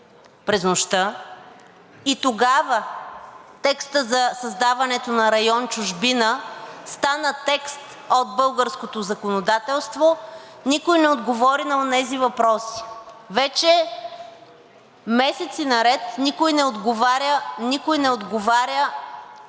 кодекс и тогава текстът за създаването на район „Чужбина“ стана текст от българското законодателство, никой не отговори на онези въпроси. Вече месеци наред никой не отговаря